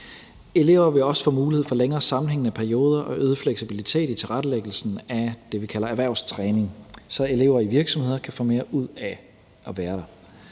Elever vil også få mulighed for længere sammenhængende perioder og øget fleksibilitet i tilrettelæggelsen af det, vi kalder erhvervstræning, så elever i virksomheder kan få mere ud af at være der.